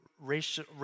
racial